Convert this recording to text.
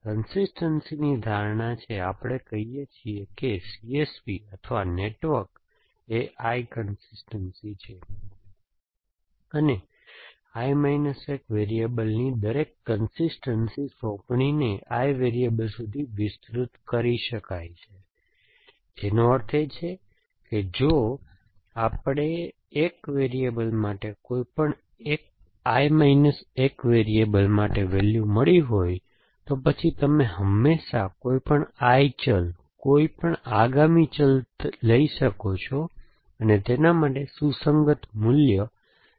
આ કન્સિસ્ટનસીની ધારણા છે આપણે કહીએ છીએ કે CSP અથવા નેટવર્ક એ I કન્સિસ્ટનસી છે અને I માઇનસ 1 વેરીએબલ્સની દરેક કન્સિસ્ટનસી સોંપણીને I વેરીએબલ સુધી વિસ્તૃત કરી શકાય છે જેનો અર્થ છે કે જો આપણને 1 વેરીએબલ માટે કોઈપણ I માઈનસ 1 વેરીએબલ માટે વેલ્યુ મળી હોય તો પછી તમે હંમેશા કોઈપણ I ચલ કોઈપણ આગામી ચલ લઈ શકો છો અને તેના માટે સુસંગત મૂલ્ય સર્ચ કરી શકો છો